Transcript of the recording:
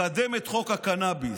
לקדם את חוק הקנביס.